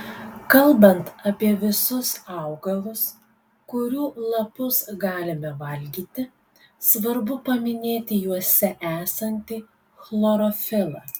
kalbant apie visus augalus kurių lapus galime valgyti svarbu paminėti juose esantį chlorofilą